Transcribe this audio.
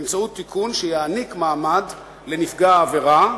באמצעות תיקון שיעניק מעמד לנפגע העבירה,